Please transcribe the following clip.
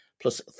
plus